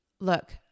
look